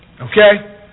Okay